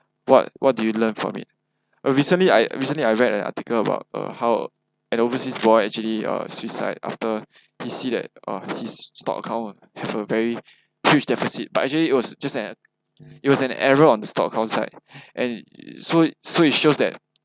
what what did you learn from it uh recently I recently I read an article about uh how an overseas boy actually uh suicide after he see that uh his stock account uh have a very huge deficit but actually it was just an it was an error on the stock account side and so so it shows that